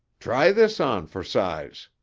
try this on for size,